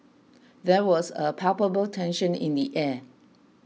there was a palpable tension in the air